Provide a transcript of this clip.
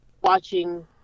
watching